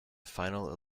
final